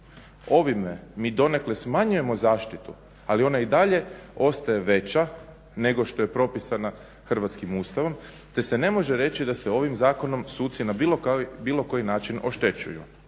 Ovime mi donekle smanjujemo zaštitu, ali ona i dalje ostaje veća nego što je propisana hrvatskim Ustavom, te se ne može reći da se ovim zakonom suci na bilo koji način oštećuju.